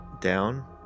down